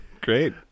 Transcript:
great